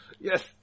Yes